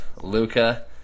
Luca